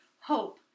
Hope